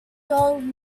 told